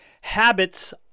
Habits